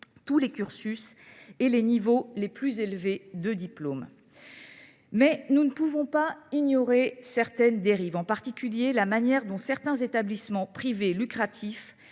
tous les cursus et les niveaux de diplômes les plus élevés. Pour autant, nous ne pouvons ignorer certaines dérives, en particulier la manière dont certains établissements privés lucratifs